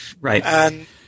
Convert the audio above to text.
right